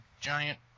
giant